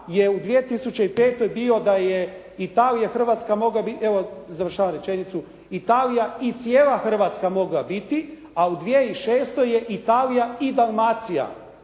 je u 2005. bio da je Italija, Hrvatska mogla, evo završavam rečenicu, Italija i cijela Hrvatska mogla biti a u 2006. je Italija i Dalmacija